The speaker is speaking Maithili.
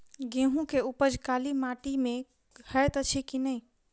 गेंहूँ केँ उपज काली माटि मे हएत अछि की नै?